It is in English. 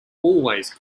always